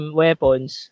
weapons